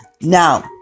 Now